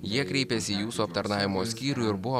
jie kreipėsi į jūsų aptarnavimo skyrių ir buvo